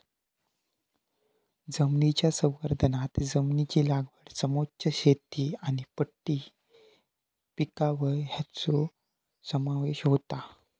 जमनीच्या संवर्धनांत जमनीची लागवड समोच्च शेती आनी पट्टी पिकावळ हांचो समावेश होता